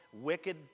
Wicked